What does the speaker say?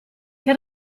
che